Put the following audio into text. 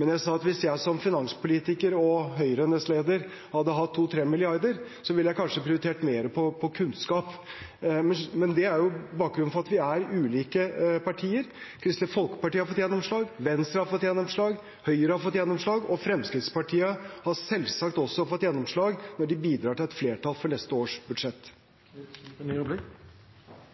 Men jeg sa at hvis jeg som finanspolitiker og Høyre-nestleder hadde hatt 2–3 mrd. kr, ville jeg kanskje prioritert kunnskap mer. Men det er bakgrunnen for at vi er ulike partier. Kristelig Folkeparti har fått gjennomslag, Venstre har fått gjennomslag, Høyre har fått gjennomslag, og Fremskrittspartiet har selvsagt fått gjennomslag når de har bidratt til et flertall for neste års budsjett. Takk for den oppklaringen. Da vil jeg gå over til